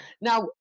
Now